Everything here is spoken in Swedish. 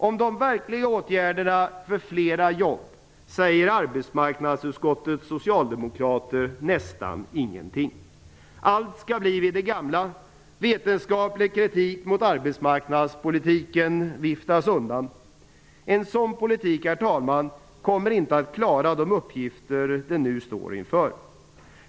Om de verkliga åtgärderna för fler jobb säger arbetsmarknadsutskottets socialdemokrater nästan ingenting. Allt skall bli vid det gamla. Vetenskaplig kritik mot arbetsmarknadspolitiken viftas undan. En sådan politik, herr talman, kommer inte att klara de uppgifter man nu står inför.